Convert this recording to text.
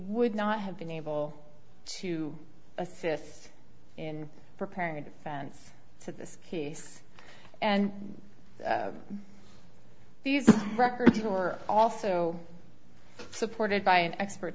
would not have been able to assist in preparing a defense to this case and these records were also supported by an expert